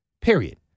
period